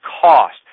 cost